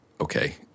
okay